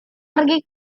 pergi